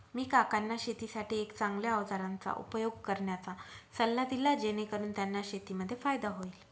मी काकांना शेतीसाठी एक चांगल्या अवजारांचा उपयोग करण्याचा सल्ला दिला, जेणेकरून त्यांना शेतीमध्ये फायदा होईल